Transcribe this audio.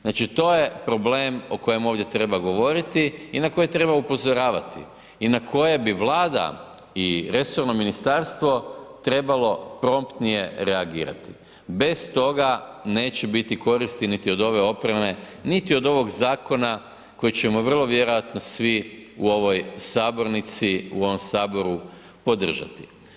Znači, to je problem o kojem ovdje treba govoriti i na koji treba upozoravati i na koje bi Vlada i resorno ministarstvo trebalo promptnije reagirati, bez toga neće biti koristi niti od ove opreme, niti od ovog zakona koji ćemo vrlo vjerojatno svi u ovoj sabornici, u ovom HS podržati.